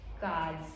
God's